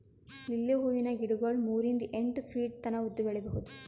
lily ಹೂವಿನ ಗಿಡಗೊಳ್ ಮೂರಿಂದ್ ಎಂಟ್ ಫೀಟ್ ತನ ಉದ್ದ್ ಬೆಳಿಬಹುದ್